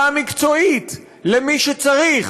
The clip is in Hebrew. אדוני, תמשיך.